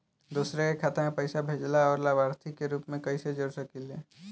दूसरे के खाता में पइसा भेजेला और लभार्थी के रूप में कइसे जोड़ सकिले?